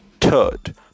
Third